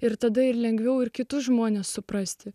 ir tada ir lengviau ir kitus žmones suprasti